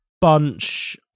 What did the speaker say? Bunch